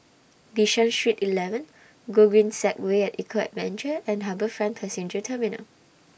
Bishan Street eleven Gogreen Segway At Eco Adventure and HarbourFront Passenger Terminal